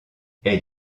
elle